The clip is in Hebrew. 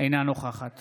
אינה נוכחת